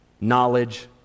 knowledge